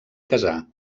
casa